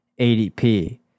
ADP